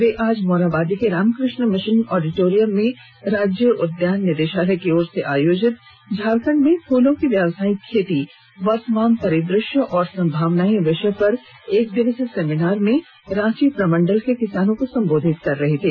वह आज मोरहाबादी के रामकृष्ण मिशन ऑडिटोरियम में राज्य उद्यान निदेशालय की ओर से आयोजित झारखंड में फूलों की व्यावसायिक खेती वर्तमान परिदृष्य एवं संभावनाएं विषय पर एकदिवसीय सेमिनार में रांची प्रमंडल के किसानों को संबोधित कर रहे थे